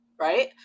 right